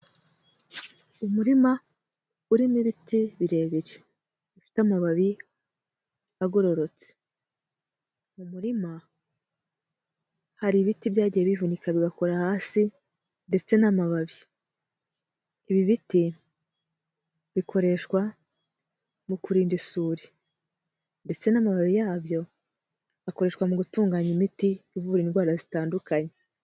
Umurima urimo ibiti birebire bifite amababi agororotse, mu murima hari ibiti byagiye bivunika bigakora hasi ndetse n'amababi, ibi biti bikoreshwa mu kurinda isuri ndetse n'amababi yabyo akoreshwa mu gutunganya imiti ivura indwara zitandukanye.